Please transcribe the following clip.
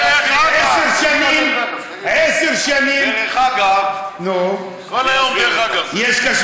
עשר שנים, דרך אגב, כל היום "דרך אגב", זה.